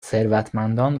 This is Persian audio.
ثروتمندان